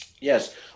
Yes